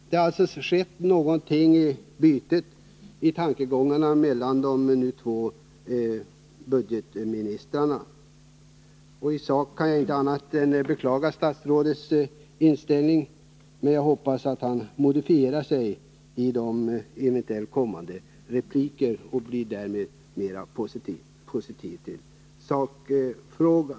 Det finns alltså en skillnad i de båda budgetministrarnas tankegångar. I sak kan jag inte annat än beklaga statsrådets inställning, men jag hoppas att han modifierar sig i eventuellt kommande repliker och blir mera positiv i sakfrågan.